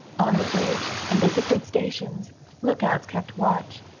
on the bridge, and at different stations lookouts kept watch.